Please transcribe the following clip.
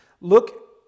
Look